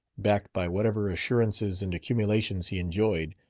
backed by whatever assurances and accumulations he enjoyed,